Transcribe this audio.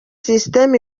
system